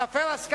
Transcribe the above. היא תפר הסכמות,